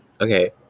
Okay